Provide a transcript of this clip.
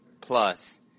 Plus